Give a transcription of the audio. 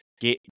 get